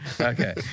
Okay